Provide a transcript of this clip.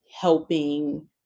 helping